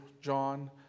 John